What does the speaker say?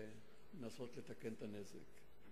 כדי לנסות לתקן את הנזק.